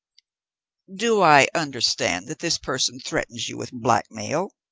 do i understand that this person threatens you with blackmail?